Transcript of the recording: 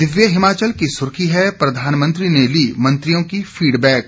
दिव्य हिमाचल की सुर्खी है प्रधानमंत्री ने ली मंत्रियों की फीडबैक